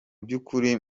by’ukuri